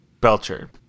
Belcher